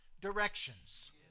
directions